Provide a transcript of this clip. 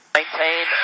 Maintain